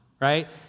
right